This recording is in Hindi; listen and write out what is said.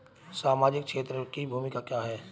सामाजिक क्षेत्र की भूमिका क्या है?